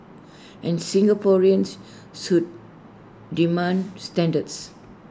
and Singaporeans should demand standards